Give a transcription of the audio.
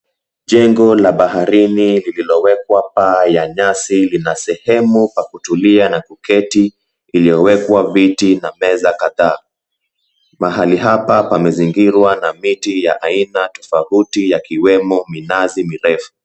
Jengo la baharini lililowekwa paa la nyasi lina sehemu pa kutulia na kuketi iliyowekwa viti na meza kadhaa. Mahali hapa pamezingirwa na miti ya aina tofauti yakiwemo minazi mirefu.